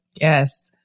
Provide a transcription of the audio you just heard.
Yes